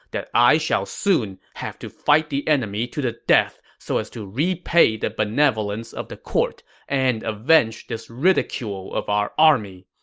that i shall soon have to fight the enemy to the death so as to repay the benevolence of the court and avenge this ridicule of our army.